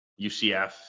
ucf